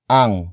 ang